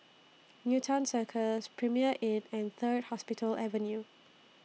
Newton Cirus Premier Inn and Third Hospital Avenue